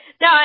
No